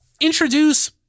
introduce